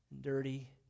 dirty